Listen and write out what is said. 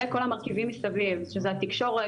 וכל המרכיבים מסביב התקשורת,